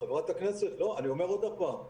חברת הכנסת, אני אומר עוד פעם.